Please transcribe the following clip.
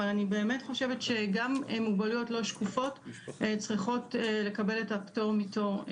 אבל גם מוגבלויות לא שקופות צריכות לקבל את הפטור מתור.